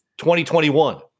2021